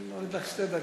מוריד לך שתי דקות.